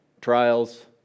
trials